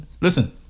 Listen